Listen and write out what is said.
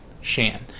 shan